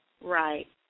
Right